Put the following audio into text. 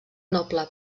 noble